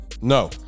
No